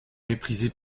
méprisé